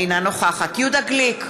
אינה נוכחת יהודה גליק,